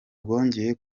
rwongeye